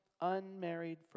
unmarried